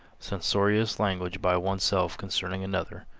censorious language by oneself concerning another.